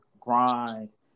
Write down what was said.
grinds